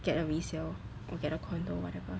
get a resale or get a condo or whatever